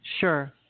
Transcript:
Sure